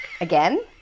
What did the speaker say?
Again